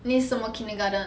你什么 kindergarten